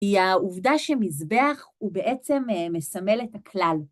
היא העובדה שמזבח ובעצם מסמל את הכלל.